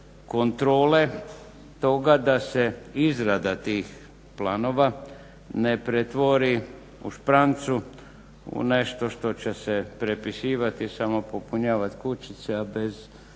kontrole toga da se izrada tih planova ne pretvori u šprancu u nešto što će se prepisivati i samo popunjavati kućice, a bez